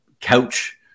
couch